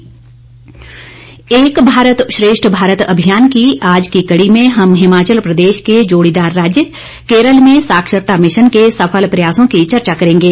एक भारत श्रेष्ठ भारत एक भारत श्रेष्ठ भारत अभियान की आज की कड़ी में हम हिमाचल प्रदेश के जोड़ीदार राज्य केरल में साक्षरता मिशन के सफल प्रयासों की चर्चा करेंगे